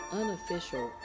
unofficial